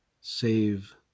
save